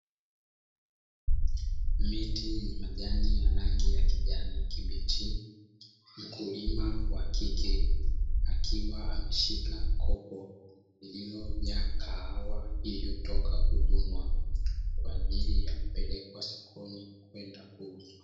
Miti yenye majani ya rangi ya kijani kibichi, mkulima wa kike akiwa ameshika kopo lililojaa kahawa iliyotoka kuvunwa kwa ajili ya kupelekwa sokoni kwenda kuuzwa.